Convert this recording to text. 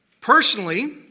Personally